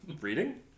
Reading